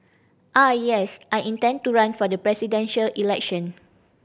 ah yes I intend to run for the Presidential Election